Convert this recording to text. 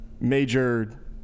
major